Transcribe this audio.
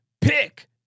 pick